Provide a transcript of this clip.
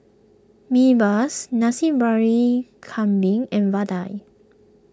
Mee bus Nasi Briyani Kambing and Vadai